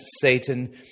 Satan